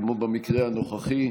כמו במקרה הנוכחי,